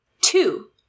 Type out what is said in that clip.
Two